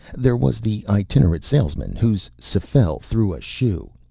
there was the itinerant salesman whose s'fel threw a shoe.